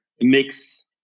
mix